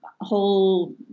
whole